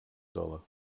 dollar